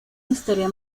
historia